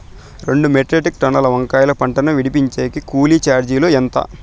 రెండు మెట్రిక్ టన్నుల వంకాయల పంట ను విడిపించేకి కూలీ చార్జీలు ఎంత?